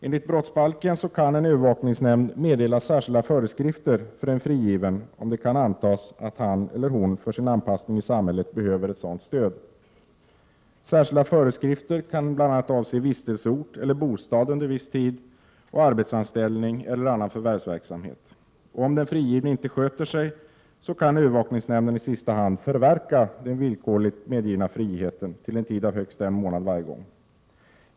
Enligt brottsbalken kan en övervakningsnämnd meddela särskilda föreskrifter för en frigiven, om det kan antas att han eller hon för sin anpassning i samhället behöver ett sådant stöd. Särskilda föreskrifter kan avse bl.a. vistelseort eller bostad under viss tid och arbetsanställning eller annan förvärvsverksamhet. Om den frigivne inte sköter sig, kan övervakningsnämnden i sista hand förverka den villkorligt medgivna friheten till en tid av högst en månad varje gång.